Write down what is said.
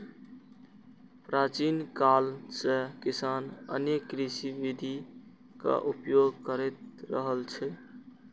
प्राचीन काल सं किसान अनेक कृषि विधिक उपयोग करैत रहल छै